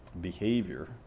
behavior